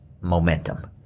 Momentum